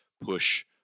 push